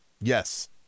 Yes